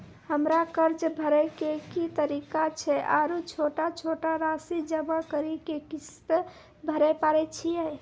हमरा कर्ज भरे के की तरीका छै आरू छोटो छोटो रासि जमा करि के किस्त भरे पारे छियै?